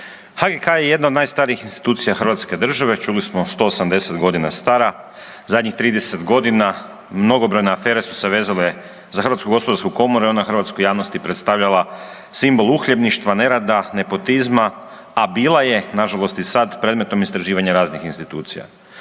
HGK je jedna od najstarijih institucija Hrvatske države, čuli smo 180 godina stara, zadnjih 30 godina mnogobrojne afere su se vezale za HGK i ona je hrvatskoj javnosti predstavljala simbol uhljebništva, nerada, nepotizma, a bila je nažalost i sad predmetom istraživanja raznih institucija.